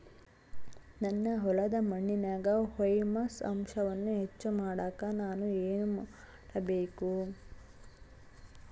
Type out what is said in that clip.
ನನ್ನ ಹೊಲದ ಮಣ್ಣಿನಾಗ ಹ್ಯೂಮಸ್ ಅಂಶವನ್ನ ಹೆಚ್ಚು ಮಾಡಾಕ ನಾನು ಏನು ಮಾಡಬೇಕು?